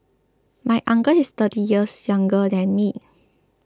my uncle is thirty years younger than me